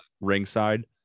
ringside